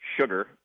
sugar